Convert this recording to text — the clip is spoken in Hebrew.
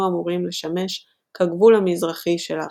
אמורים לשמש כגבול המזרחי של הרייך.